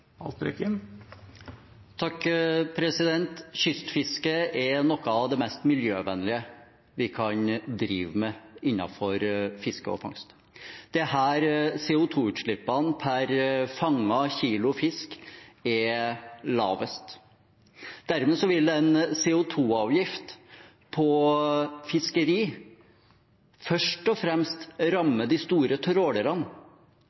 er noe av det mest miljøvennlige vi kan drive med innenfor fiske og fangst. Det er her CO2-utslippene per fanget kilo fisk er lavest. Dermed vil en CO2-avgift på fiskeri først og fremst